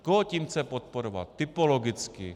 Koho tím chce podporovat typologicky?